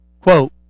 quote